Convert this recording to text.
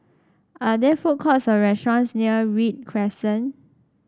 are there food courts or restaurants near Read Crescent